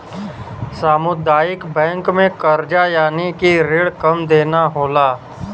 सामुदायिक बैंक में करजा यानि की रिण कम देना होला